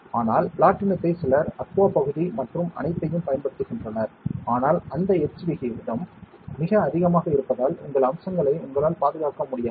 ஆனால் பிளாட்டினத்தை சிலர் அக்வா பகுதி மற்றும் அனைத்தையும் பயன்படுத்துகின்றனர் ஆனால் அந்த எட்ச் விகிதம் மிக அதிகமாக இருப்பதால் உங்கள் அம்சங்களை உங்களால் பாதுகாக்க முடியாது